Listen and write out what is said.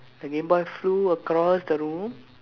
the game boy flew across the room